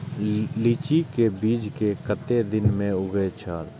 लीची के बीज कै कतेक दिन में उगे छल?